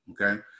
Okay